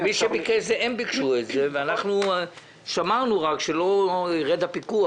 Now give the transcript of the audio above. הם ביקשו את זה ואנחנו שמרנו רק שלא ירד הפיקוח,